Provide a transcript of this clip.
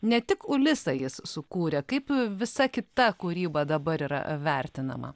ne tik ulisą jis sukūrė kaip visa kita kūryba dabar yra vertinama